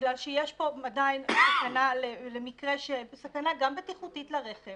כי יש פה עדיין סכנה בטיחותית לרכב